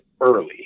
early